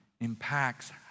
impacts